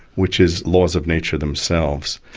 which is laws of nature themselves.